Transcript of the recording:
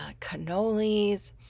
cannolis